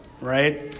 right